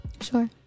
Sure